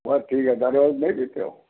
उमर ठीक है दारू वारू नहीं पीते हो